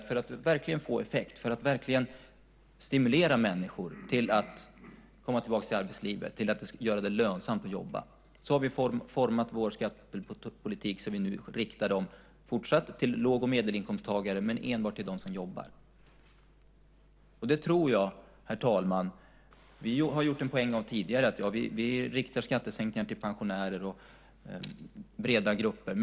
För att verkligen få effekt, verkligen stimulera människor att komma tillbaka till arbetslivet och göra det lönsamt att jobba, har vi format vår skattepolitik så att vi riktar skattesänkningarna fortsatt till låg och medelinkomsttagare men enbart till dem som jobbar. Vi har tidigare gjort en poäng av att vi riktar skattesänkningar till pensionärer och breda grupper.